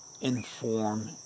inform